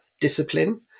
discipline